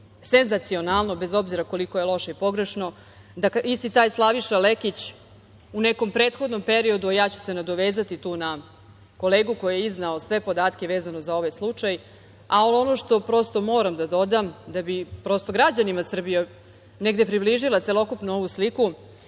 senzacionalno, bez obzira koliko je loše i pogrešno, da isti taj Slaviša Lekić u nekom prethodnom periodu, a ja ću se nadovezati tu na kolegu koji je izneo sve podatke vezano za ovaj slučaj, ali ono što prosto moram da dodam da bi građanima Srbije negde približila celokupnu ovu sliku,